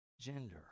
gender